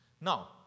Now